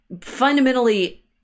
fundamentally